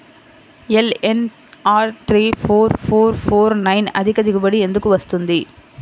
LNR three four four four nine అధిక దిగుబడి ఎందుకు వస్తుంది?